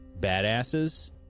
badasses